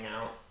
out